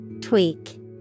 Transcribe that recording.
Tweak